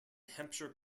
hampshire